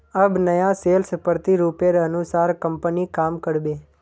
अब नया सेल्स प्रतिरूपेर अनुसार कंपनी काम कर बे